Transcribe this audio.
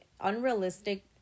unrealistic